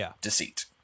deceit